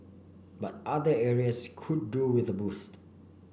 but other areas could do with a boost